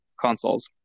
consoles